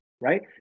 right